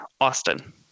Austin